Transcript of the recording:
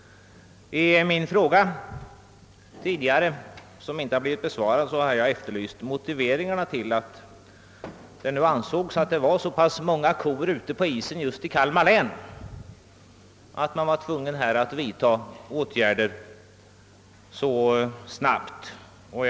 I min enkla fråga till justitieministern, som inte besvarats, efterlyste jag motiveringarna till att det just i Kalmar län ansågs vara så pass många kor ute på isen att det var nödvändigt vidta så snabba åtgärder.